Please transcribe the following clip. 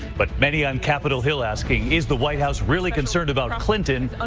but many on capitol hill asking is the white house really concerned about clinton, ah